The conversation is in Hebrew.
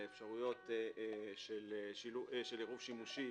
לאפשרויות של עירוב שימוש,